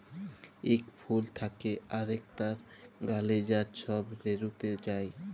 ইক ফুল থ্যাকে আরেকটয় গ্যালে যা ছব রেলুতে যায়